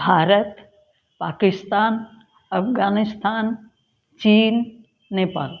भारत पाकिस्तान अफ्गानिस्तान चीन नेपाल